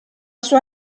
sua